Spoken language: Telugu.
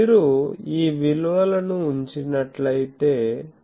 మీరు ఈ విలువలను ఉంచినట్లయితే మీకు 96